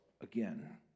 again